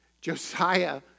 Josiah